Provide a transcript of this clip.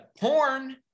porn